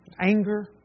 anger